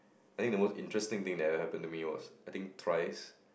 I think the most interesting thing that happened to me was I think thrice